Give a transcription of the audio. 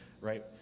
right